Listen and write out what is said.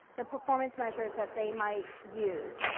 the performance measures, that they might use.